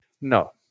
No